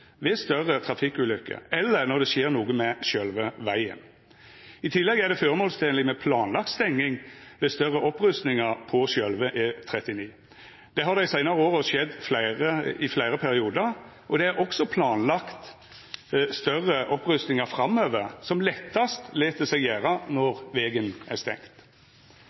ved større trafikkulukker, eller når det skjer noko med sjølve vegen. I tillegg er det føremålstenleg med planlagd stenging ved større opprustingar på sjølve E39. Det har dei seinare åra skjedd i fleire periodar, og det er også planlagt større opprustingar framover som lettast lèt seg gjera når vegen er